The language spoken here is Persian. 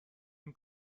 این